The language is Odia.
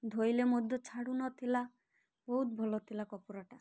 ଧୋଇଲେ ମଧ୍ୟ ଛାଡ଼ୁ ନଥିଲା ବହୁତ ଭଲ ଥିଲା କପଡ଼ାଟା